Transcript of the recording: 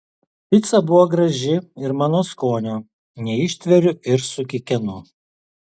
pica buvo graži ir mano skonio neištveriu ir sukikenu